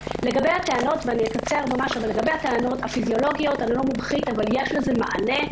לגבי הטענות הפיזיולוגיות אני לא מומחית אבל יש לזה מענה.